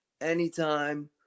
anytime